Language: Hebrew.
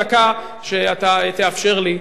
בדקה שאתה תאפשר לי,